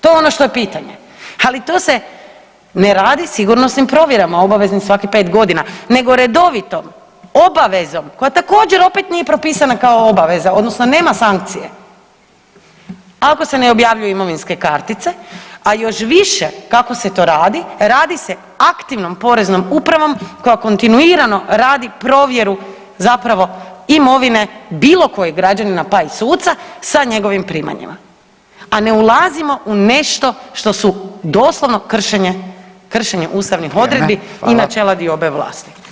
To je ono što je pitanje, ali to se ne radi sigurnosnim provjerama obveznim svakih 5.g. nego redovitom obavezom koja također opet nije propisana kao obaveza odnosno nema sankcije ako se ne objavljuju imovinske kartice, a još više kako se to radi radi se aktivnom poreznom upravom koja kontinuirano radi provjeru zapravo imovine bilo kojeg građanina, pa i suca sa njegovim primanjima, a ne ulazimo u nešto što su doslovno kršenje, kršenje ustavnih odredbi [[Upadica: Vrijeme, hvala]] i načela diobe vlasti.